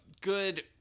good